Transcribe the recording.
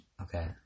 okay